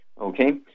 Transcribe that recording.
Okay